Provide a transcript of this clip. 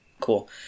cool